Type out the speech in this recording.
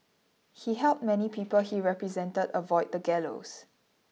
he helped many people he represented avoid the gallows